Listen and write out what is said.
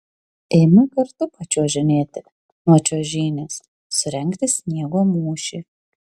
eime kartu pačiuožinėti nuo čiuožynės surengti sniego mūšį